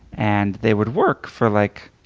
and they would work for like